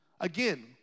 Again